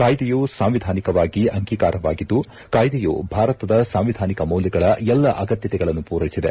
ಕಾಯ್ದೆಯು ಸಾಂವಿಧಾನಿಕವಾಗಿ ಅಂಗೀಕಾರ್ಹವಾಗಿದ್ದು ಕಾಯ್ದೆಯು ಭಾರತದ ಸಾಂವಿಧಾನಿಕ ಮೌಲ್ಯಗಳ ಎಲ್ಲ ಅಗತ್ಯತೆಗಳನ್ನು ಪೂರೈಸಿದೆ